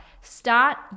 Start